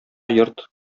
йорт